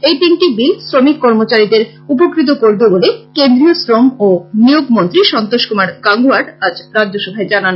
এই তিনটি বিল শ্রমিক কর্মচারীদের উপকৃত করবে বলেক কেন্দ্রীয় শ্রম ও নিয়োগ মন্ত্রী সন্তোষ কুমার গাঙ্গোয়ার আজ রাজ্যসভায় জানান